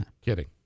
Kidding